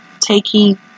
taking